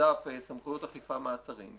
לחסד"פ - סמכויות אכיפה מעצרים,